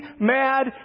mad